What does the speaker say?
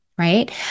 right